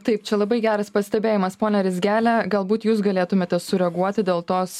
taip čia labai geras pastebėjimas ponia rizgele galbūt jūs galėtumėte sureaguoti dėl tos